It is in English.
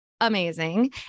amazing